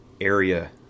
area